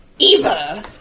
Eva